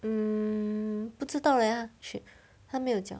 mm 不知道 leh she 她没有讲